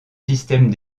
systèmes